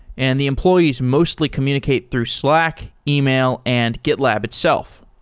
and the employees mostly communicate through slack, email and gitlab itself.